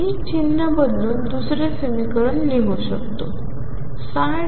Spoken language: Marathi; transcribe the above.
मी चिन्ह बदलून दुसरे समीकरण लिहू शकतो 2m2ψ0